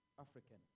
african